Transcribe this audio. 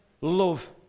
love